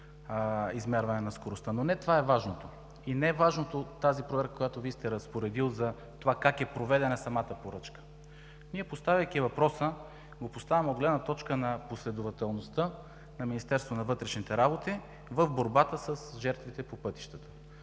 измерване на скоростта. Но не това е важното и не е важното тази проверка, която сте разпоредили за това как е проведена самата поръчка. Ние, поставяйки въпроса, го поставяме от гледна точка на последователността на Министерството на вътрешните работи в борбата с жертвите по пътищата.